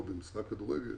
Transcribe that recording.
במשחק כדורגל